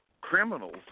Criminals